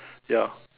ya